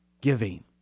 giving